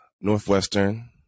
Northwestern